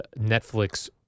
Netflix